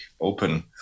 open